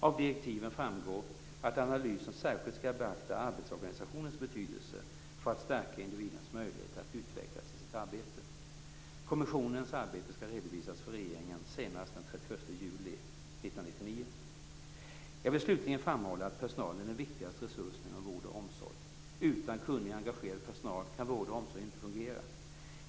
Av direktiven framgår att analysen särskilt skall beakta arbetsorganisationens betydelse för att stärka individens möjlighet att utvecklas i sitt arbete. Kommissionens arbete skall redovisas för regeringen senast den 31 juli 1999. Jag vill slutligen framhålla att personalen är den viktigaste resursen inom vård och omsorg. Utan kunnig och engagerad personal kan vård och omsorg inte fungera.